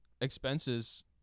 expenses